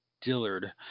Dillard